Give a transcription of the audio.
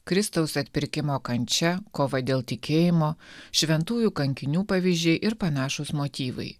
kristaus atpirkimo kančia kova dėl tikėjimo šventųjų kankinių pavyzdžiai ir panašūs motyvai